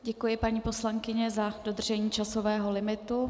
Děkuji, paní poslankyně, za dodržení časového limitu.